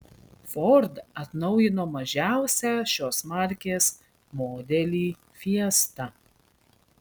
ford atnaujino mažiausią šios markės modelį fiesta